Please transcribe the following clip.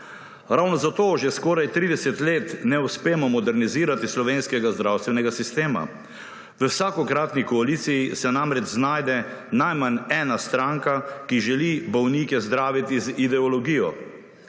Ravno zato že skoraj 30 let uspemo modernizirati slovenskega zdravstvenega sistema. V vsakokratni koaliciji se namreč znajde najmanj ena stranka, ki želi bolnike zdraviti z ideologijo.